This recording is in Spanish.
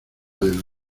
del